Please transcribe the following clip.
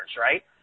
right